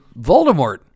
Voldemort